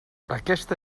aquesta